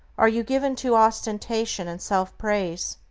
are you given to ostentation and self-praise?